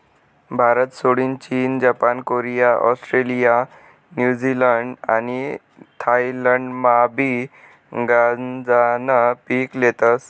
भारतसोडीन चीन, Japan, Korea, Australia, New Zealand आणि थायलंडमाबी गांजानं पीक लेतस